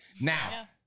Now